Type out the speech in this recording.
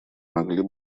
могли